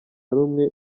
rumwe